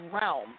realm